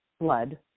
blood